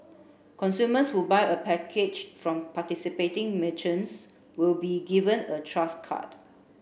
consumers who buy a package from participating merchants will be given a Trust card